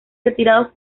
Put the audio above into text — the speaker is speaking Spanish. retirados